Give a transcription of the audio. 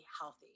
healthy